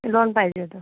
loan पाहिजे होतं